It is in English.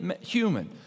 human